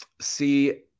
See